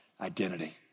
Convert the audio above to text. identity